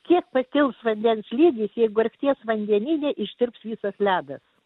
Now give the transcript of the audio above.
kiek pakils vandens lygis jeigu arkties vandenyne ištirps visas ledas